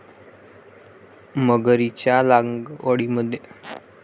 मगरीच्या लागवडीमुळे त्याची मागणी पूर्ण होते